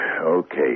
Okay